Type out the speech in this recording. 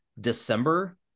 December